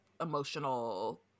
emotional